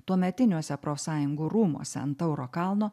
tuometiniuose profsąjungų rūmuose ant tauro kalno